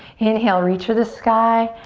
inhale, reach for the sky.